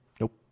Nope